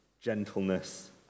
gentleness